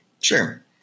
Sure